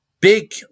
big